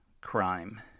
crime